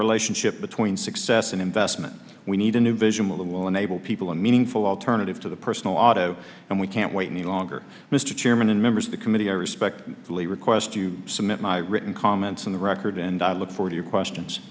relationship between success and investment we need a new vision will enable people a meaningful alternative to the personal auto and we can't wait any longer mr chairman and members of the committee i respectfully request you submit my written comments on the record and i look forward your questions